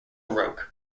baroque